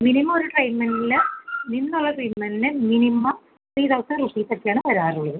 minimum ഒരു ട്രീറ്റ്മെൻറിൽ നിന്നുള്ള ട്രീറ്റ്മെൻറിൽ മിനിമം ത്രീ തൗസൻഡ് റുപ്പീസ് ഒക്കെയാണ് വരാറുള്ളത്